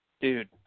Dude